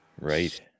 right